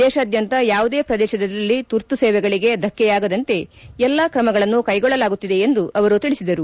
ದೇಶಾದ್ಯಂತ ಯಾವುದೇ ಪ್ರದೇಶದಲ್ಲಿ ತುರ್ತು ಸೇವೆಗಳಿಗೆ ದಕ್ಕೆಯಾಗದಂತೆ ಎಲ್ಲ ಕ್ರಮಗಳನ್ನು ಕೈಗೊಳ್ಳಲಾಗುತ್ತಿದೆ ಎಂದು ತಿಳಿಸಿದರು